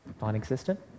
Non-existent